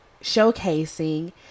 Showcasing